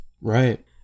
Right